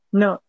no